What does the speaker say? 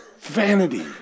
Vanity